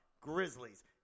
Grizzlies